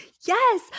Yes